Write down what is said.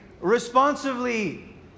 responsively